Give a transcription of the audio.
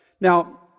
Now